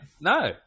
No